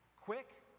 quick